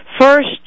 first